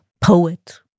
poet